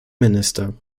minister